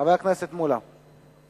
חבר הכנסת מולה.